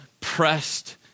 pressed